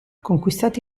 conquistati